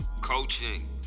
coaching